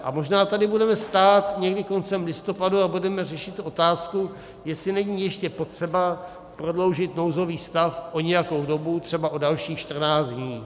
A možná tady budeme stát někdy koncem listopadu a budeme řešit otázku, jestli není ještě potřeba prodloužit nouzový stav o nějakou dobu, třeba o dalších čtrnáct dní.